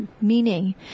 meaning